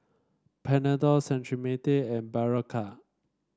Panadol Cetrimide and Berocca